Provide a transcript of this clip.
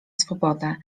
swobodę